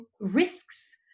risks